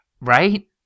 Right